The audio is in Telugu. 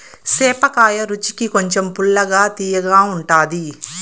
సేపకాయ రుచికి కొంచెం పుల్లగా, తియ్యగా ఉంటాది